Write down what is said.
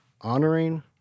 honoring